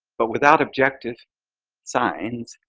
but without objective signs,